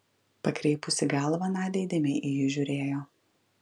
pakreipusi galvą nadia įdėmiai į jį žiūrėjo